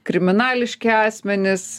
kriminališki asmenys